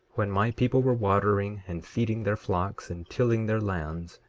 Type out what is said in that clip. when my people were watering and feeding their flocks, and tilling their lands,